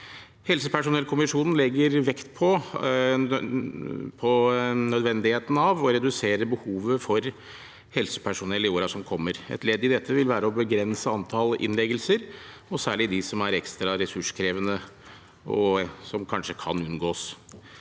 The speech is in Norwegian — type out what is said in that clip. Helsepersonellkommisjonen legger vekt på nødvendigheten av å redusere behovet for helsepersonell i årene som kommer. Et ledd i dette vil være å begrense antall innleggelser, og særlig dem som er ekstra ressurskrevende, og som kanskje kan unngås.